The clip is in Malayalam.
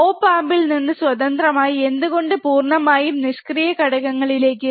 Op amp ൽ നിന്ന് സ്വതന്ത്രമായി എന്തുകൊണ്ട് പൂർണ്ണമായും നിഷ്ക്രിയ ഘടകങ്ങളിലേക്ക്